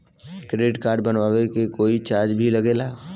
Credit card बनवावे के कोई चार्ज भी लागेला?